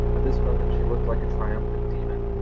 at this moment she looked like a triumphant demon.